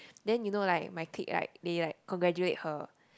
then you know like my clip right they like congratulate her